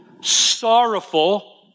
Sorrowful